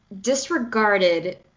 disregarded